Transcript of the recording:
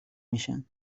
میشن